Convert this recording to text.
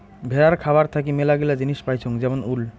ভেড়ার খাবার থাকি মেলাগিলা জিনিস পাইচুঙ যেমন উল